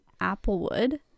Applewood